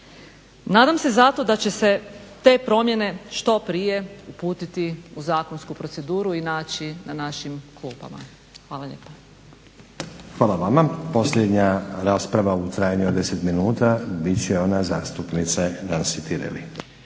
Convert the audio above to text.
Nadam se zato da će se te promjene što prije uputiti u zakonsku proceduru i naći na našim klupama. Hvala lijepa. **Stazić, Nenad (SDP)** Hvala vama. Posljednja rasprava u trajanju od 10 minuta bit će ona zastupnice Nansi Tireli.